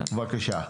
בבקשה.